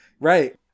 right